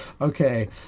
Okay